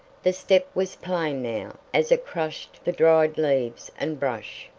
the step was plain now, as it crushed the dried leaves and brush.